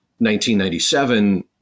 1997